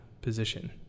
position